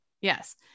Yes